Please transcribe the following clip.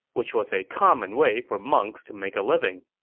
which was a common way for monks to make a living